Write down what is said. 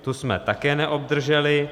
Tu jsme také neobdrželi.